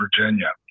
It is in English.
Virginia